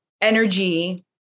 energy